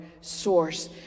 source